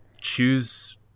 choose